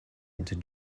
into